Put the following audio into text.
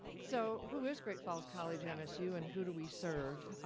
so who is great falls college yeah msu and who do we serve?